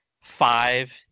five